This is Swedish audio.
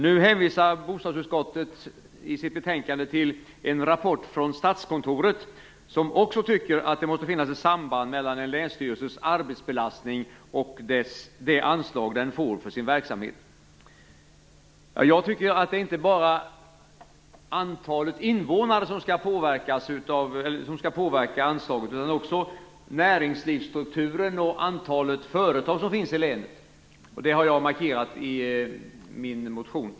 Nu hänvisar bostadsutskottet i sitt betänkande till en rapport från Statskontoret, som också tycker att det måste finnas ett samband mellan en länsstyrelses arbetsbelastning och det anslag den får för sin verksamhet. Jag tycker att det inte bara är antalet invånare som skall påverka anslaget, utan också näringslivsstrukturen och antalet företag som finns i länet. Det har jag markerat i min motion.